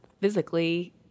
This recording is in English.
physically